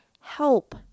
help